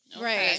Right